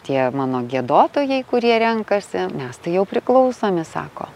tie mano giedotojai kurie renkasi mes tai jau priklausomi sako